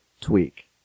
tweak